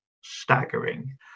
staggering